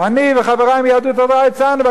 אני וחברי מיהדות התורה הצענו,